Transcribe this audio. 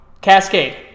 Cascade